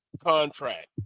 contract